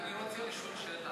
אני רוצה לשאול שאלה.